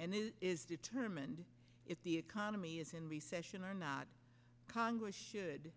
and it is determined if the economy is in recession or not congress should